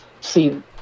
See